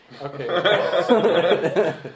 Okay